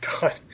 God